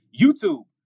YouTube